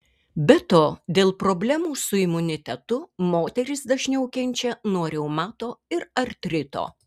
be to dėl problemų su imunitetu moterys dažniau kenčia nuo reumato ir artrito